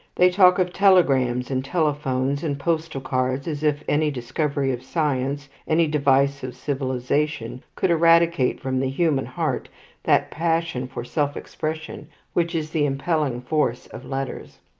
they talk of telegrams, and telephones, and postal cards, as if any discovery of science, any device of civilization, could eradicate from the human heart that passion for self-expression which is the impelling force of letters.